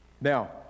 Now